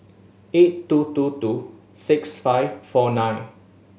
eight two two two six five four nine